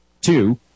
Two